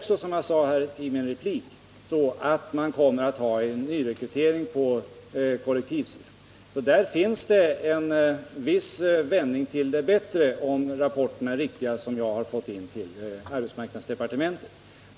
Som jag sade i min replik kommer det också att ske en nyrekrytering i fråga om kollektivanställda. Det innebär en viss vändning till det bättre, om de rapporter är riktiga som har kommit in till arbetsmarknadsdepartementet.